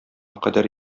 кадәр